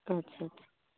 ᱟᱪᱪᱷᱟ